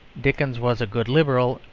dickens was a good liberal,